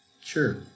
Sure